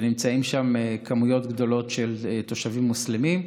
שנמצאים שם כמויות גדולות של תושבים מוסלמים.